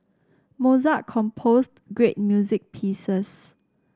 Mozart composed great music pieces